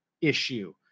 issue